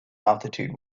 altitude